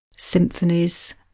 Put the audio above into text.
symphonies